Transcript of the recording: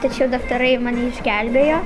tačiau daktarai mane išgelbėjo